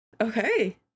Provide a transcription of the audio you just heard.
Okay